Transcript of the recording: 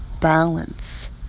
balance